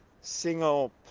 single